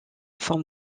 forme